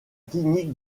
clinique